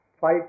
five